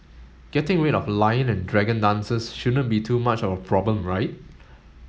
getting rid of lion and dragon dances shouldn't be too much of a problem right